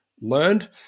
learned